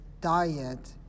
diet